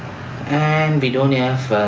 and we don't yeah